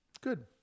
Good